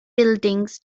buildings